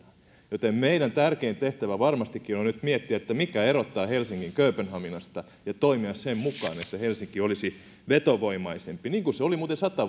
joten meidän tärkein tehtävä varmastikin on nyt miettiä mikä erottaa helsingin kööpenhaminasta ja tulee toimia sen mukaan että helsinki olisi vetovoimaisempi niin kuin se oli muuten sata